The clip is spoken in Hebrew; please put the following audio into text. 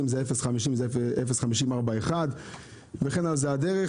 עם זה מתחיל עם 050 זה 0541 למשל וזאת הדרך.